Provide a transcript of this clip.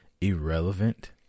Irrelevant